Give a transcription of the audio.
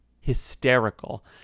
hysterical